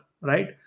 right